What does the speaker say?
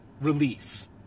release